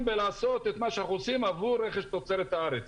לעשות מה שאנחנו עושים עבור רכש תוצרת הארץ.